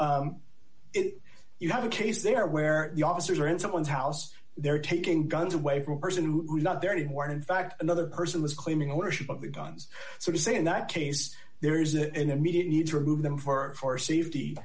opinion you have a case there where the officers are in someone's house they're taking guns away from a person who is not there anymore and in fact another person is claiming ownership of the guns so to say in that case there is an immediate need to remove them for safety